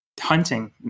hunting